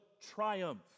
triumph